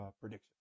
prediction